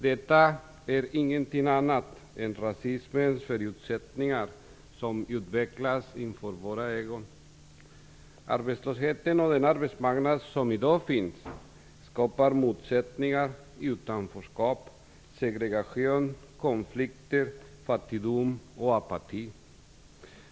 Detta är ingenting annat än rasismens förutsättningar som utvecklas inför våra ögon. Arbetslösheten och den arbetsmarknad som i dag finns skapar motsättningar, utanförskap, segregation, konflikter, fattigdom och apati.